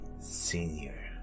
senior